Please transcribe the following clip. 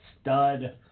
stud